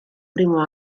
primo